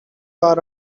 bar